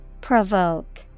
Provoke